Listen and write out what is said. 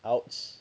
!ouch!